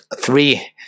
three